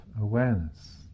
awareness